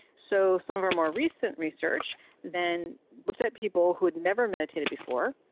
so some of our more recent research then looked at people who had never meditated before.